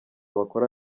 bakora